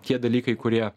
tie dalykai kurie